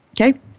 Okay